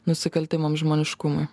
nusikaltimams žmoniškumui